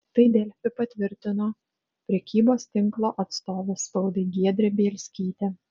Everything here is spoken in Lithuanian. tai delfi patvirtino prekybos tinklo atstovė spaudai giedrė bielskytė